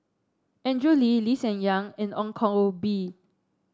Andrew Lee Lee Hsien Yang and Ong Koh Bee